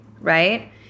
right